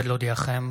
הינני מתכבד להודיעכם,